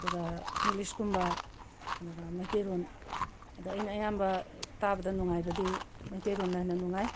ꯑꯗꯨꯒ ꯏꯪꯂꯤꯁꯀꯨꯝꯕ ꯑꯗꯨꯒ ꯃꯩꯇꯩꯂꯣꯟ ꯑꯗ ꯑꯩꯅ ꯑꯌꯥꯝꯕ ꯇꯥꯕꯗ ꯅꯨꯡꯉꯥꯏꯕꯗꯤ ꯃꯩꯇꯩꯂꯣꯟꯅ ꯍꯦꯟꯅ ꯅꯨꯡꯉꯥꯏ